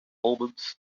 omens